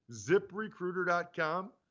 ziprecruiter.com